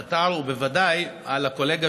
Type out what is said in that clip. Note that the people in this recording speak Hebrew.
מוגנות על פי תנאי המכרז ועל פי דיני הגנת